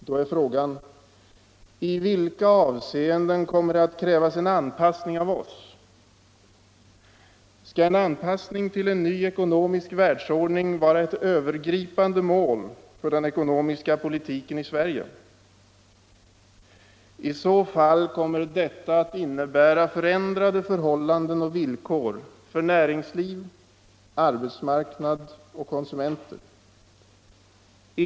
Då är frågan: I vilka avseenden kommer det att krävas en anpassning av oss? Skall en anpassning till en ny ekonomisk världsordning vara ett övergripande mål för den ekonomiska politiken i Sverige? I så fall kommer detta att innebära förändrade förhållanden och villkor för näringsliv, arbetsmarknad och konsumenter.